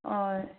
ꯑꯣꯏ